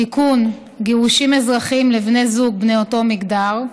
(תיקון, גירושין אזרחיים לבני זוג בני אותו מגדר),